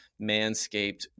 Manscaped